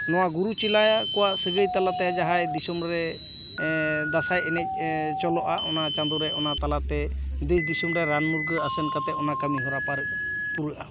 ᱱᱚᱣᱟ ᱜᱩᱨᱩ ᱪᱮᱞᱟ ᱠᱚᱣᱟᱜ ᱥᱟᱹᱜᱟᱹᱭ ᱛᱟᱞᱟᱛᱮ ᱡᱟᱦᱟᱸᱭ ᱫᱤᱥᱚᱢ ᱨᱮ ᱫᱟᱸᱥᱟᱭ ᱮᱱᱮᱡ ᱮ ᱪᱚᱞᱚᱜᱼᱟ ᱚᱱᱟ ᱪᱟᱸᱫᱳ ᱨᱮ ᱚᱱᱟ ᱛᱟᱞᱟᱛᱮ ᱫᱮᱥ ᱫᱤᱥᱚᱢ ᱨᱮ ᱨᱟᱱ ᱢᱩᱨᱜᱟᱹ ᱟᱥᱮᱱ ᱠᱟᱛᱮ ᱚᱱᱟ ᱠᱟᱹᱢᱤ ᱦᱚᱨᱟ ᱯᱟᱨᱚᱢ ᱯᱩᱨᱟᱹᱜᱼᱟ